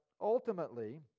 ultimately